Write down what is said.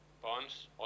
bonds